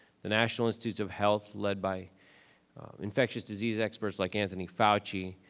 the national institutes of health led by infectious disease experts like anthony fauci,